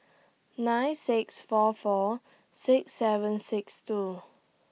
nine six four four six seven six two